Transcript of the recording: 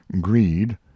greed